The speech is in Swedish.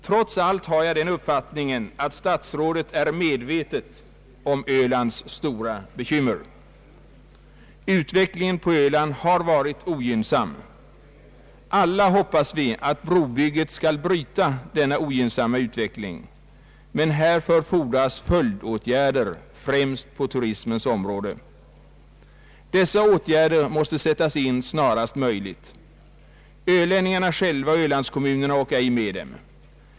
Trots allt har jag den uppfattningen att statsrådet är medveten om Ölands stora bekymmer. Utvecklingen på Öland har varit ogynnsam. Alla hoppas vi att brobygget skall bryta denna ogynnsamma utveckling, men härför fordras följdåtgärder, främst på turismens område. Dessa måste sättas in snarast möjligt. Ölänningarna själva och Ölandskommunerna orkar ej med dem.